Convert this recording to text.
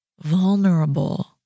vulnerable